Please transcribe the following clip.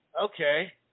okay